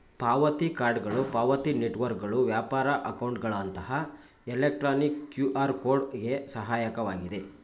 ಪಾವತಿ ಕಾರ್ಡ್ಗಳು ಪಾವತಿ ನೆಟ್ವರ್ಕ್ಗಳು ವ್ಯಾಪಾರಿ ಅಕೌಂಟ್ಗಳಂತಹ ಎಲೆಕ್ಟ್ರಾನಿಕ್ ಕ್ಯೂಆರ್ ಕೋಡ್ ಗೆ ಸಹಾಯಕವಾಗಿದೆ